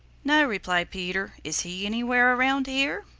no, replied peter. is he anywhere around here?